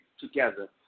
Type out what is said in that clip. together